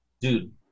Dude